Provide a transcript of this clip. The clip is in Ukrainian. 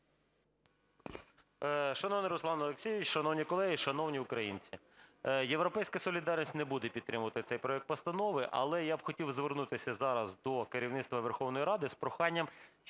Шановний Руслан Олексійович, шановні колеги, шановні українці! "Європейська солідарність" не буде підтримувати цей проект Постанови. Але я б хотів звернутися зараз до керівництва Верховної Ради з проханням